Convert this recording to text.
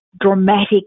dramatic